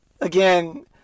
again